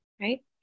right